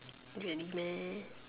really meh